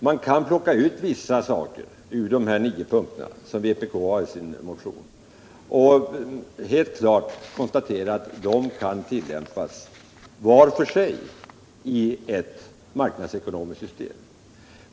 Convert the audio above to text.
Man kan plocka ut vissa saker ur de nio punkterna i vpk:s motion och helt klart konstatera att de kan tillämpas var för sig i ett marknadsekonomiskt system.